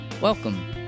Welcome